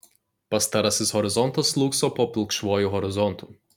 pastarasis horizontas slūgso po pilkšvuoju horizontu